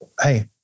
Hey